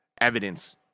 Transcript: evidence